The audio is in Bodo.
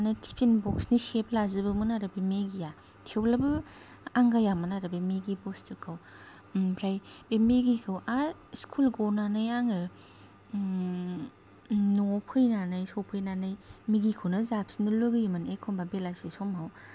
माने टिफिन ब'क्सनि सेब लाजोबोमोन आरो बे मेगिया थेवब्लाबो आंगायामोन आरो बे मेगि बस्थुखौ ओमफ्राय बे मेगिखौ आर स्कुल गनानै आङो न'आव फैनानै सौफैनानै मेगिखौनो जाफिननो लुगैयोमोन एखमबा बेलासि समाव